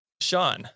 Sean